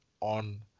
on